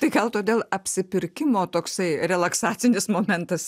tai gal todėl apsipirkimo toksai relaksacinis momentas